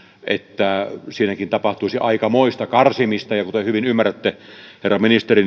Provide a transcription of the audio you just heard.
että siinäkin tapahtuisi aikamoista karsimista kuten hyvin ymmärrätte herra ministeri